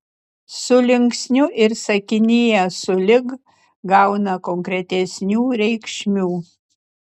su linksniu ir sakinyje sulig gauna konkretesnių reikšmių